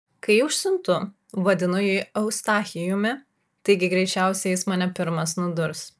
kai užsiuntu vadinu jį eustachijumi taigi greičiausiai jis mane pirmas nudurs